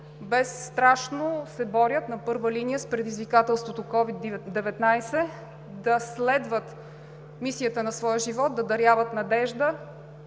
безстрашно се борят на първа линия с предизвикателството COVID-19, да следват мисията на своя живот, да даряват надежда